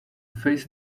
face